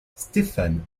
stéphane